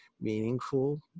meaningful